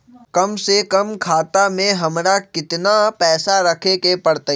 कम से कम खाता में हमरा कितना पैसा रखे के परतई?